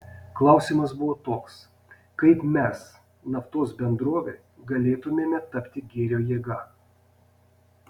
klausimas buvo toks kaip mes naftos bendrovė galėtumėme tapti gėrio jėga